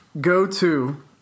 go-to